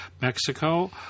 Mexico